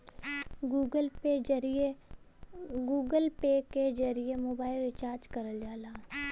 Google Pay के जरिए mobile recharge करल जाला